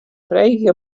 freegjen